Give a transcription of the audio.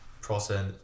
process